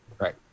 Right